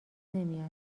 نمیاد